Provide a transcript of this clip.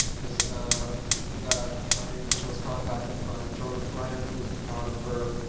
is ah that i was contacted by jona frank, who is a photographer